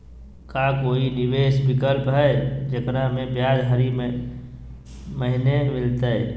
का कोई निवेस विकल्प हई, जेकरा में ब्याज हरी महीने मिलतई?